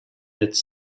its